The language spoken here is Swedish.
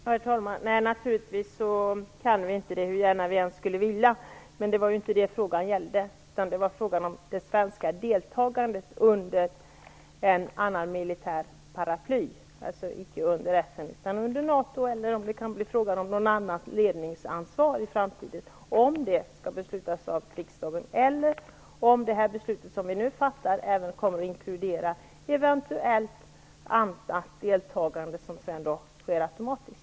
Herr talman! Nej, naturligtvis kan vi inte det, hur gärna vi än skulle vilja det. Men det var inte det frågan gällde, utan det var frågan om det svenska deltagandet under ett annat militärt paraply, alltså icke under FN utan under NATO, eller om det kan bli frågan om något annat ledningsansvar i framtiden. Skall det beslutet fattas av riksdagen, eller kommer det beslut vi nu fattar även att inkludera eventuellt annat deltagande, som då sker automatiskt?